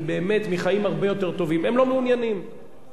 הם לא מעוניינים, לדאבון הלב, אני מוכרח להגיד לך.